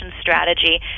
strategy